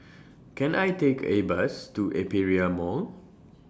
Can I Take A Bus to Aperia Mall